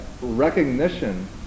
recognition